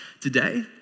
today